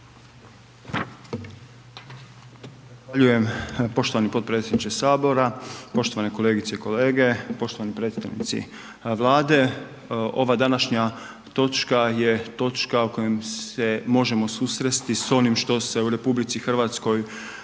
Zahvaljujem. Poštovani potpredsjedniče Sabora, poštovane kolegice i kolege, poštovani predstavnici Vlade. Ova današnja točka je točka u kojoj se možemo susresti s onim što se u RH događalo